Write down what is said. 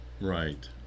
Right